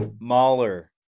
Mahler